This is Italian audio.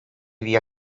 via